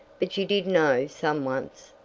but you did know some once.